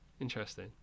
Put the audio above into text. interesting